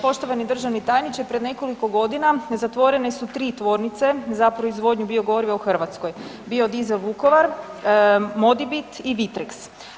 Poštovani državni tajniče pred nekoliko godina zatvorene su 3 tvornice za proizvodnju biogoriva u Hrvatskoj, Biodizel Vukovar, Modibit i Vitrex.